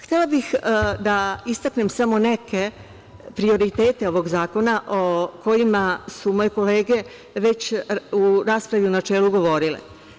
Htela bih da istaknem samo neke prioritete ovog zakona o kojima su moje kolege već u raspravi u načelu govorile.